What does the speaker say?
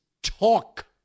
Talk